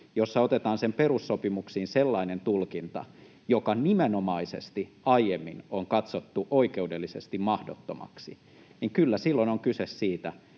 jossa otetaan sen perussopimuksiin sellainen tulkinta, joka nimenomaisesti aiemmin on katsottu oikeudellisesti mahdottomaksi, niin kyllä silloin on kyse siitä,